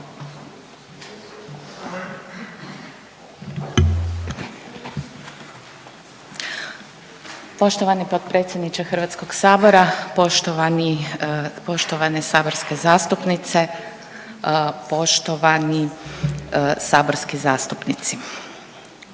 Poštovani potpredsjedniče Hrvatskog sabora, poštovani, poštovane saborske zastupnice, poštovani saborski zastupnici,